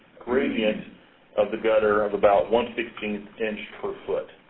gradient of the gutter of about one sixteen inch per foot.